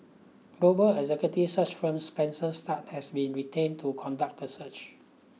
global executive search firm Spencer Stuart has been retained to conduct the search